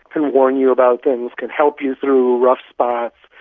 can warn you about things, can help you through rough spots,